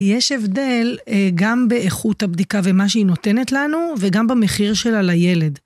יש הבדל גם באיכות הבדיקה ומה שהיא נותנת לנו וגם במחיר שלה לילד.